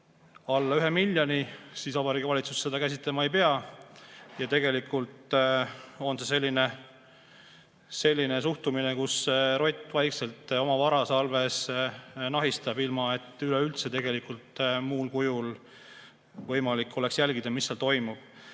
alla 1 miljoni, siis Vabariigi Valitsus seda käsitlema ei pea. Tegelikult on see selline olukord, kus rott vaikselt oma varasalves nahistab, ilma et üleüldse tegelikult oleks võimalik jälgida, mis seal toimub.